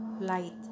light